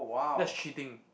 that's cheating